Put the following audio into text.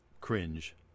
cringe